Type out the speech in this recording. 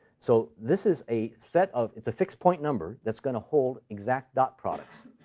so this is a set of it's a fixed-point number that's going to hold exact dot products.